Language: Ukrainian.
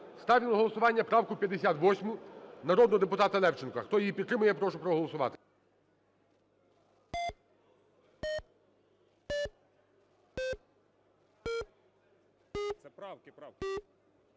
Ставлю на голосування правку 58 народного депутатаЛевченка. Хто її підтримує, я прошу проголосувати.